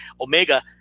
Omega